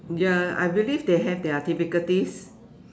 ya I believe they have their difficulties